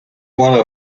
one